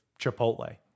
Chipotle